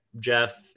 Jeff